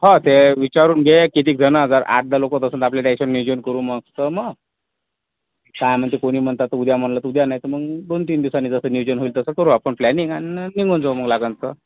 हो ते विचारून घे किती जण जर आठ दहा लोक होत असेल तर आपल्या त्या हिशोब नियोजन करू मस्त मग काय म्हणते कुणी म्हणतात उद्या म्हणलं तर उद्या नाहीतर मग दोन तीन दिवसांनी जसं नियोजन होईल तसं करू आपण प्लॅनिंग आणि निघून जाऊ लागेल तर